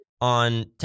on